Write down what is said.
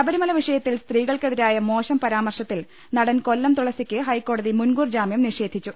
ശബരിമല വിഷയത്തിൽ സ്ത്രീകൾക്കെതിരായ മോശം പരാ മർശത്തിൽ നടൻ കൊല്ല് തുള സിക്ക് ഹൈക്കോടതി മുൻകൂർജാമൃം നിഷേധിച്ചു